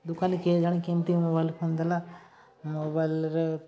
ଦୋକାନୀ କେଜାଣି କେମିତି ମୋବାଇଲ୍ ଫୋନ୍ ଦେଲା ମୋବାଇଲରେ